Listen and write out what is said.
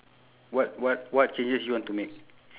what what what changes you want to make